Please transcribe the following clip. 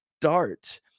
start